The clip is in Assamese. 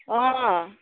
অঁ